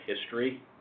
history